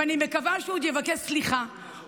ואני מקווה שהוא עוד יבקש סליחה,